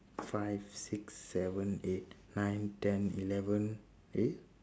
five six seven eight nine ten eleven eh